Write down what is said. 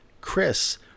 Chris